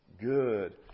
good